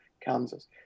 Kansas